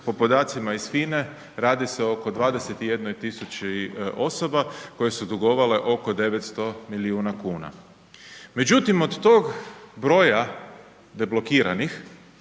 po podacima iz FINA-e, radi se oko 21 000 osoba koje su dugovale oko 900 milijuna kuna međutim od tog broja deblokiranih,